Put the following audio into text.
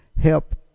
help